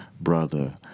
brother